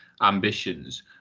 ambitions